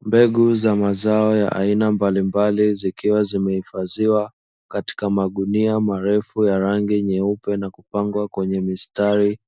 Mbegu za mazao ya aina mbalimbali zikiwa zimeifadhiwa katika magunia marefu ya rangi nyeupe na kupangwa kwa mistari,